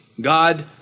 God